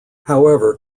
however